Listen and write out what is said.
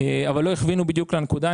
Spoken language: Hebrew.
אבל לא הכווינו בדיוק לנקודה.